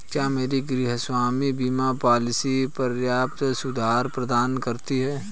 क्या मेरी गृहस्वामी बीमा पॉलिसी पर्याप्त सुरक्षा प्रदान करती है?